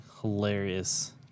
hilarious